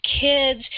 kids